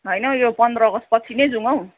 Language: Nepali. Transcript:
होइन हौ यो पन्ध्र अगस्टपछि नै जाउँ हौ